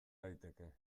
daiteke